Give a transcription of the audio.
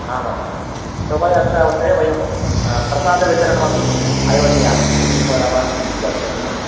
आम् आम् आं शोभयात्रावसरे वयं प्रसादवितरणमपि आयोजयामः पुलिहोरा वा इत्यादिकं किमपि